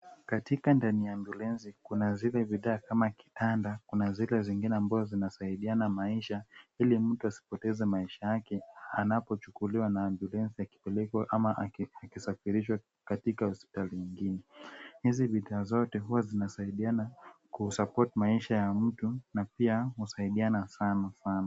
Katika ndani ya ambulensi kuna zile bidhaa kama kitanda kuna zile zingine ambazo zinasaidiana maisha ili mtu asipoteze maisha yake anapochukuliwa na ambulensi akipelekwa ama akisafirishwa katika hospitali ingine. Hizi bidhaa zote huwa zinasaidiana kusupport maisha ya mtu na pia husaidiana sanasana.